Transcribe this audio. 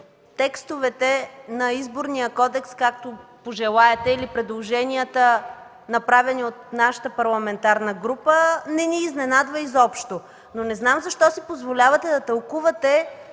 текстовете на Изборния кодекс както пожелаете или предложенията, направени от нашата парламентарна група, не ни изненадва изобщо. Не знам защо си позволявате да тълкувате